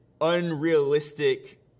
unrealistic